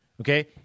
Okay